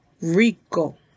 rico